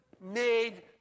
made